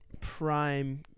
prime